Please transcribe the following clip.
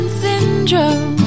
syndrome